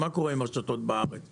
מה קורה עם הרשתות בארץ,